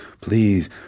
Please